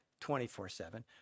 24-7